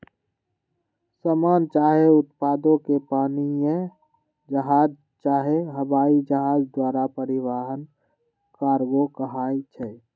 समान चाहे उत्पादों के पनीया जहाज चाहे हवाइ जहाज द्वारा परिवहन कार्गो कहाई छइ